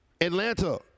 Atlanta